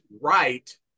right